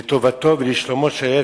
לטובתו ולשלומו של הילד,